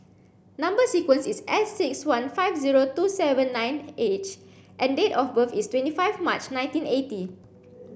number sequence is S six one five two seven nine H and date of birth is twenty five March nineteen eighty